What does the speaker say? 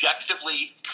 objectively